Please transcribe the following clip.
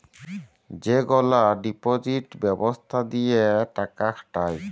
যেগলা ডিপজিট ব্যবস্থা দিঁয়ে টাকা খাটায়